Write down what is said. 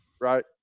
Right